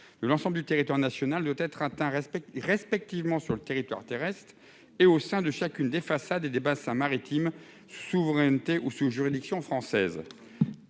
sur l'ensemble du territoire national doit être atteint respectivement sur le territoire terrestre et au sein de chacune des façades et des bassins maritimes sous souveraineté ou juridiction française.